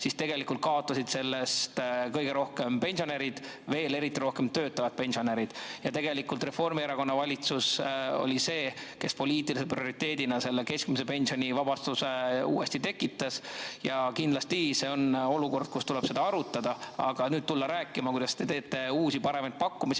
siis tegelikult kaotasid sellest kõige rohkem pensionärid, eriti just töötavad pensionärid. Ja tegelikult Reformierakonna valitsus oli see, kes poliitilise prioriteedina keskmise pensioni maksuvabastuse uuesti tekitas. Kindlasti on praegu olukord, kus tuleb seda arutada, aga tulla rääkima, kuidas te teete uusi, paremaid pakkumisi,